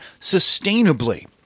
sustainably